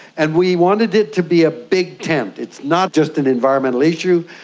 and we wanted it to be a big tent. it's not just an environmental issue,